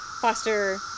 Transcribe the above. foster